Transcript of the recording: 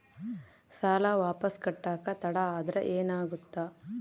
ಸಾಲ ವಾಪಸ್ ಕಟ್ಟಕ ತಡ ಆದ್ರ ಏನಾಗುತ್ತ?